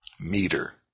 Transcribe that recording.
meter